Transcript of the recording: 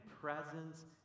presence